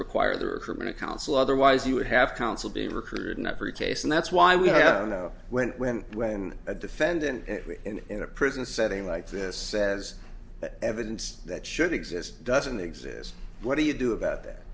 require the recruitment of counsel otherwise you would have counsel being recruited in every case and that's why we know when when when a defendant in a prison setting like this says evidence that should exist doesn't exist what do you do about that